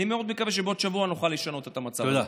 אני מאוד מקווה שבעוד שבוע נוכל לשנות את המצב.